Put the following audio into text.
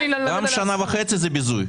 אין לי --- גם שנה וחצי זה ביזוי.